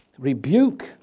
Rebuke